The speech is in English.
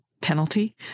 penalty